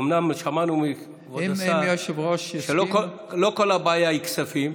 אומנם שמענו מכבוד השר שלא כל הבעיה היא כספים,